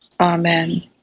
Amen